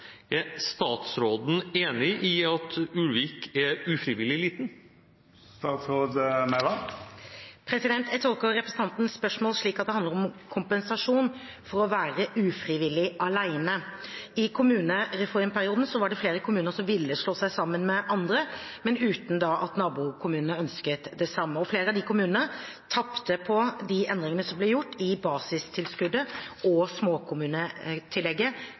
Er statsråden enig i at Ulvik er ufrivillig liten?» Jeg tolker representantens spørsmål slik at det handler om kompensasjon for å være ufrivillig alene. I kommunereformperioden var det flere kommuner som ville slå seg sammen med andre, men uten at nabokommunene ønsket det samme. Flere av disse kommunene tapte på de endringene som ble gjort i basistilskuddet og småkommunetillegget